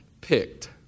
picked